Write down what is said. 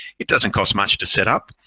it doesn't cost much to set up,